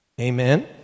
Amen